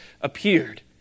appeared